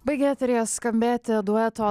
baigia eteryje skambėti dueto